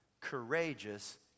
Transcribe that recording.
courageous